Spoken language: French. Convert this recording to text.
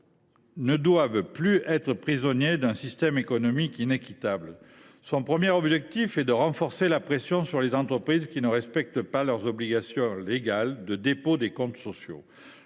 ne doivent plus être prisonniers d’un système économique inéquitable. Son objectif prioritaire est de renforcer la pression sur les entreprises qui ne respectent pas leur obligation légale de dépôt des comptes sociaux.